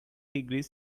degrees